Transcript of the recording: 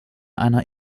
einer